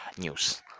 news